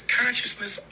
consciousness